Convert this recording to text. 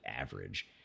average